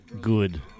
good